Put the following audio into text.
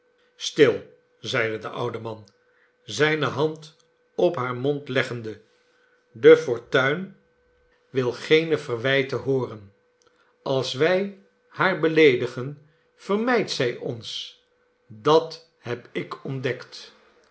stil zeide de oude man zijne hand op haar mond leggende de fortuin wil geene verwijten liooren als wij haar beleedigen vermijdt zij ons dat heb ik ontdekt